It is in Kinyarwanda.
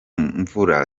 mvura